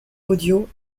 audio